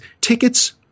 tickets